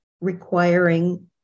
requiring